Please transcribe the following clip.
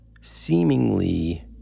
seemingly